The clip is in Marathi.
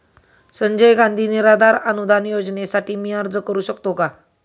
संजय गांधी निराधार अनुदान योजनेसाठी मी अर्ज करू शकतो का?